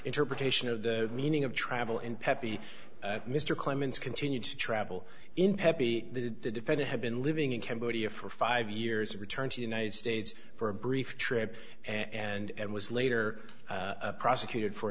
interpretation of the meaning of travel in pepe mr clemens continued to travel in pepe the defendant had been living in cambodia for five years returned to united states for a brief trip and was later prosecuted for